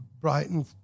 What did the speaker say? Brighton